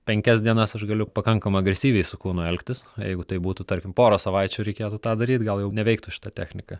penkias dienas aš galiu pakankamai agresyviai su kūnu elgtis jeigu tai būtų tarkim porą savaičių reikėtų tą daryti gal jau neveiktų šita technika